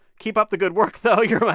keep up the good work, though. you're